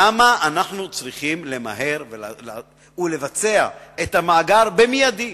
למה אנחנו צריכים למהר ולבצע את המאגר מייד?